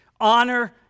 honor